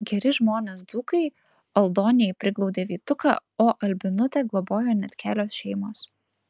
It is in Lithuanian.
geri žmonės dzūkai aldoniai priglaudė vytuką o albinutę globojo net kelios šeimos